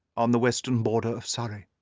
on the western border of surrey.